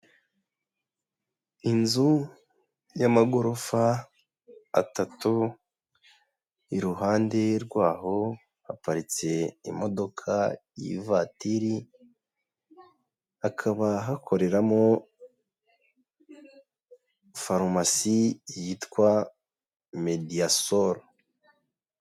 Inzu y'amagorofa atatu, iruhande rwaho haparitse imodoka y'ivatiri, hakaba hakoreramo farumasi yitwa Mediasol.